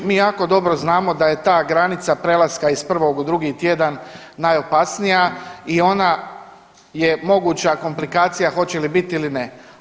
Mi jako dobro znamo da je ta granica prelaska iz prvog u drugi tjedan najopasnija i ona je moguća komplikacija hoće li biti ili ne.